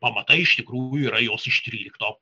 pamatai iš tikrųjų yra jos iš trylikto